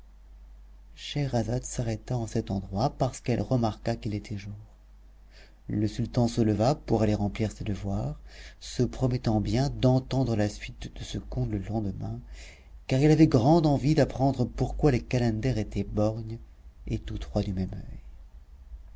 scheherazade s'arrêta en cet endroit parce qu'elle remarqua qu'il était jour le sultan se leva pour aller remplir ses devoirs se promettant bien d'entendre la suite de ce conte le lendemain car il avait grande envie d'apprendre pourquoi les calenders étaient borgnes et tous trois du même